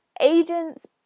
Agents